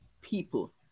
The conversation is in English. people